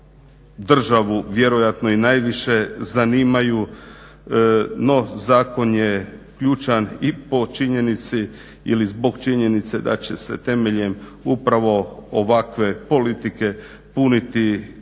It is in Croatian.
državu vjerojatno i najviše zanimaju no zakon je ključan i po činjenici ili zbog činjenice da će se temeljem upravo ovakve politike puniti državni